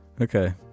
Okay